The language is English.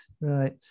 right